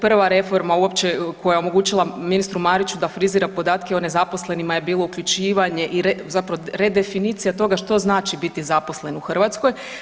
Prva reforma uopće koja je omogućila ministru Mariću da frizira podatke o nezaposlenima je bilo uključivanje i zapravo redefinicija toga što znači biti zaposlen u Hrvatskoj.